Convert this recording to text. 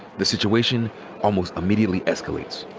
the situation almost immediately escalates.